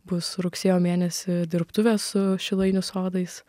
bus rugsėjo mėnesį dirbtuvės su šilainių sodais